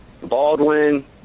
Baldwin